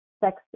sex